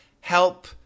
help